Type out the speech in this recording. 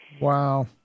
Wow